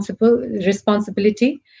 responsibility